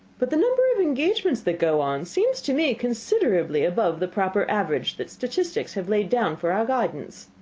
but the number of engagements that go on seems to me considerably above the proper average that statistics have laid down for our guidance.